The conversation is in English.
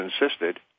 insisted